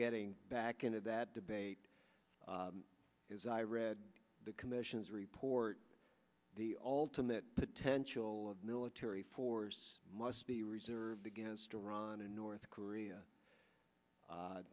getting back into that debate as i read the commission's report the ultimate potential of military force must be reserved against iran and north korea